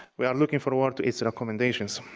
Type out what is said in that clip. we are looking forward to its recommendations.